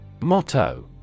Motto